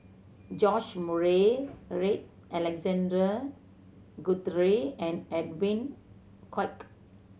George Murray Reith Alexander Guthrie and Edwin Koek